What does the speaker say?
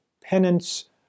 Penance